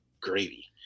gravy